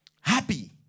happy